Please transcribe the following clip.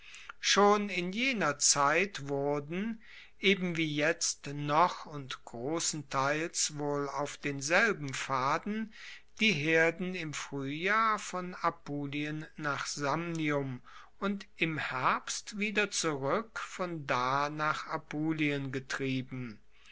schon in jener zeit wurden eben wie jetzt noch und grossenteils wohl auf denselben pfaden die herden im fruehjahr von apulien nach samnium und im herbst wieder zurueck von da nach apulien getrieben